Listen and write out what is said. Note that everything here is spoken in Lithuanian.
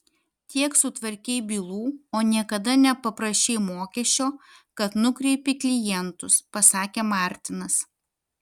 tiek sutvarkei bylų o niekada nepaprašei mokesčio kad nukreipi klientus pasakė martinas